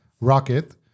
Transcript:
rocket